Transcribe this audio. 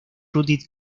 judith